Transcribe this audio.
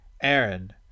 Aaron